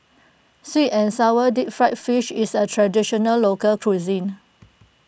Sweet and Sour Deep Fried Fish is a Traditional Local Cuisine